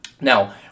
Now